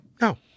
No